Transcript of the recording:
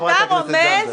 חברת הכנסת זנדברג.